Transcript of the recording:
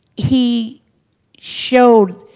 he showed,